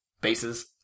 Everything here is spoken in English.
Bases